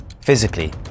physically